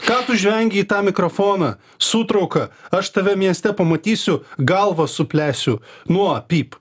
ką tu žvengi į tą mikrofoną sūtrauka aš tave mieste pamatysiu galvą suplesiu nuo pyp